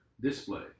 display